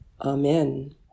Amen